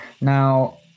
Now